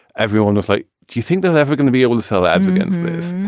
everyone was like, do you think there's ever gonna be able to sell ads against this?